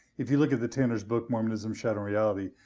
if you look at the tanners' book, mormonism, shadow or reality,